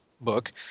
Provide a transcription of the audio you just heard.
book